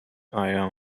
iron